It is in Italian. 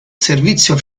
servizio